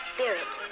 Spirit